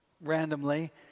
randomly